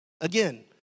Again